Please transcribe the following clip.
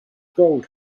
gold